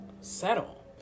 settle